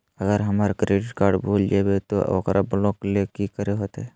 अगर हमर credit card भूल जइबे तो ओकरा ब्लॉक लें कि करे होते?